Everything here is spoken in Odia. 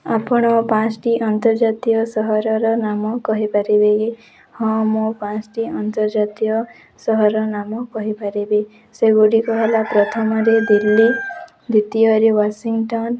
ଆପଣ ପାଞ୍ଚଟି ଅନ୍ତର୍ଜାତୀୟ ସହରର ନାମ କହିପାରିବେ ହଁ ମୁଁ ପାଞ୍ଚଟି ଅନ୍ତର୍ଜାତୀୟ ସହରର ନାମ କହିପାରିବି ସେଗୁଡ଼ିକ ହେଲା ପ୍ରଥମରେ ଦିଲ୍ଲୀ ଦ୍ୱିତୀୟରେ ୱାସିଂଟନ